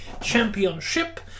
Championship